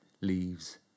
leaves